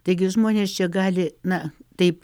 taigi žmonės čia gali na taip